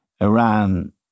Iran